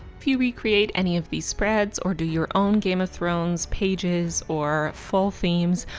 if you recreate any of these spreads or do your own game of thrones pages or full themes,